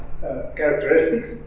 characteristics